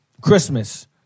Christmas